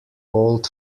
old